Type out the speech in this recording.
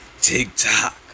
TikTok